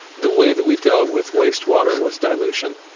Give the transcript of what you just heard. the way that we dealt with waste water was dilution.